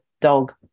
dog